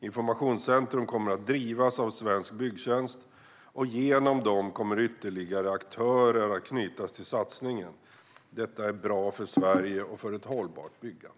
Informationscentrum kommer att drivas av Svensk Byggtjänst, och genom dem kommer ytterligare aktörer att knytas till satsningen. Detta är bra för Sverige och för ett hållbart byggande.